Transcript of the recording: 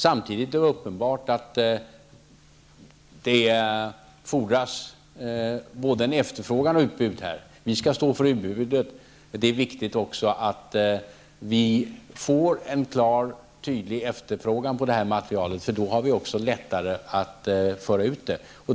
Samtidigt är det uppenbart att det fordras både efterfrågan och utbud i detta sammanhang. Vi skall stå för utbudet. Det är också viktigt att det blir en klar och tydlig efterfrågan på detta material. Då har vi också lättare att föra ut det.